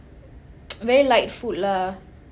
very light food lah